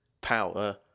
power